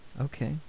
okay